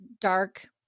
dark